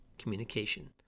communication